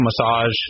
massage